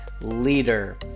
leader